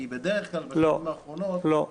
כי בדרך כלל בשנים האחרונות --- לא,